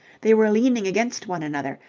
they were leaning against one another,